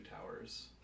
towers